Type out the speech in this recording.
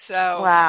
Wow